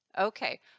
Okay